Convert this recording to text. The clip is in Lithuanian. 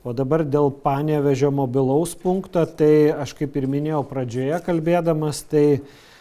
o dabar dėl panevėžio mobilaus punkto tai aš kaip ir minėjau pradžioje kalbėdamas tai